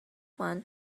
one